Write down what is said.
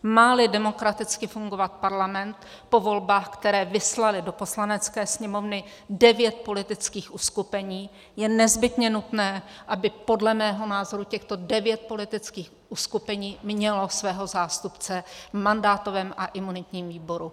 Máli demokraticky fungovat Parlament po volbách, které vyslaly do Poslanecké sněmovny devět politických uskupení, je nezbytně nutné, aby podle mého názoru těchto devět politických uskupení mělo svého zástupce v mandátovém a imunitním výboru.